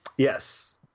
Yes